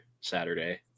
Saturday